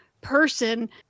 person